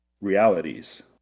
realities